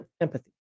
empathy